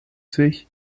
sich